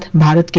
mot